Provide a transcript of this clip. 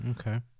Okay